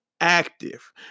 active